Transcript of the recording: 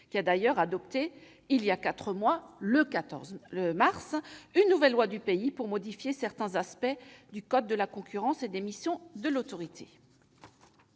qui a d'ailleurs adopté il y a quatre mois, le 14 mars dernier, une nouvelle loi du pays pour modifier certains aspects du code de la concurrence et des missions de l'autorité.